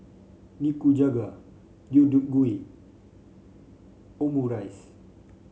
Nikujaga Deodeok Gui Omurice